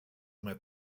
met